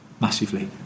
massively